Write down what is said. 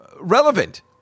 relevant